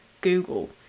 Google